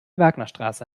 wagnerstraße